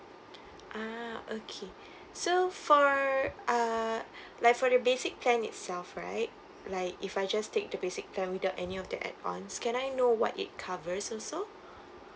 ah okay so for uh like for the basic plan itself right like if I just take the basic plan without any of that add ons can I know what it covers also